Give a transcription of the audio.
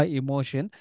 emotion